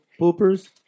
poopers